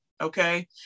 Okay